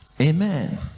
amen